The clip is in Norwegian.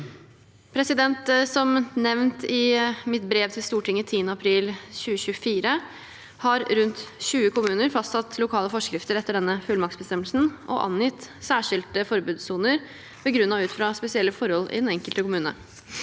brann. Som nevnt i mitt brev til Stortinget 10. april 2024 har rundt 20 kommuner fastsatt lokale forskrifter etter denne fullmaktsbestemmelsen og angitt særskilte forbudssoner begrunnet ut fra spesielle forhold i den enkelte kommune.